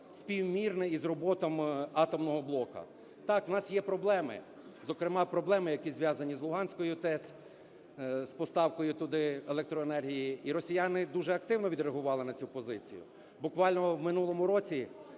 співмірно з роботою атомного блоку. Так, в нас є проблеми, зокрема, проблеми, які зв’язані з Луганською ТЕС, з поставкою туди електроенергії, і росіяни дуже активно відреагували на цю позицію. Буквально в минулому році